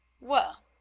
Well